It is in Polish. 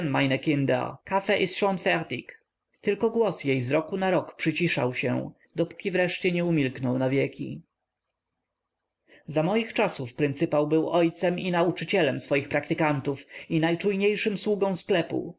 ist schon fertig tylko głos jej z roku na rok przyciszał się dopóki wreszcie nie umilknął na wieki za moich czasów pryncypał był ojcem i nauczycielem swoich praktykantów i najczujniejszym sługą sklepu